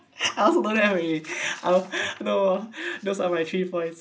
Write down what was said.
I also don't have already how those those are my three points